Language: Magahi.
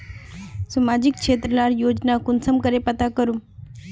सामाजिक क्षेत्र लार योजना कुंसम करे पता करूम?